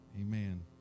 Amen